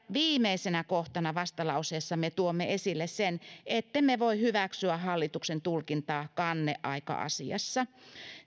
viimeisenä kohtana vastalauseessamme tuomme esille sen ettemme voi hyväksyä hallituksen tulkintaa kanneaika asiassa